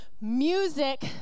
music